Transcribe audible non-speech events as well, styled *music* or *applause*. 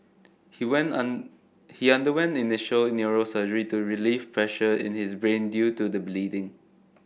he went *unintelligible* he underwent initial neurosurgery to relieve pressure in his brain due to the bleeding